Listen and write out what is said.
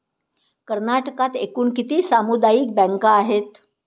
कर्नाटकात एकूण किती सामुदायिक बँका आहेत?